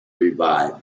revive